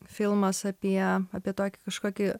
filmas apie apie tokį kažkokį